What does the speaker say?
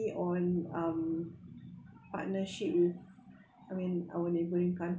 on um partnership with I mean our neighbouring